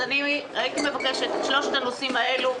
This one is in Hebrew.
אז אני הייתי מבקשת לטפל בשלושת הנושאים האלו.